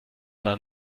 man